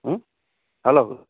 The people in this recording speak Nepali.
ह हेलो